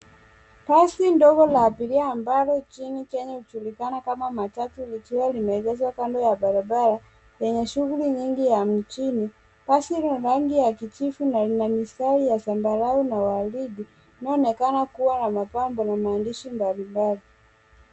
Basi ndogo la abiria ambalo nchini kenya hujulikana kama matatu likiwa limeegezwa kando ya barabara yenye shughuli nyingi ya mjini. Basi lina rangi ya kijivu na lina mistari ya zambarau na waridi inayoonekana kua na mapambo na maandishi mbali mbali.